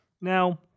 Now